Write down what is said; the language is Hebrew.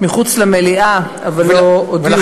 מחוץ למליאה, אבל לא הודיעו לי.